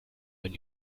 ein